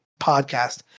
podcast